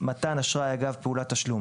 "מתן אשראי אגב פעולת תשלום"